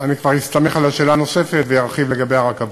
אני אסתמך על השאלה הנוספת וארחיב לגבי הרכבות.